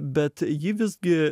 bet ji visgi